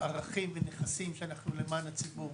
ערכים ונכסים שאנחנו למען הציבור